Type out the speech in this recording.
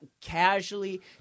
casually